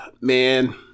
Man